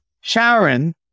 Sharon